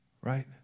right